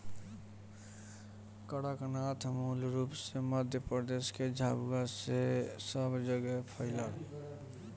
कड़कनाथ मूल रूप से मध्यप्रदेश के झाबुआ से सब जगेह फईलल